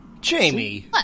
Jamie